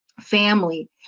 Family